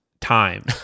time